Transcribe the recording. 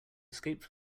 escape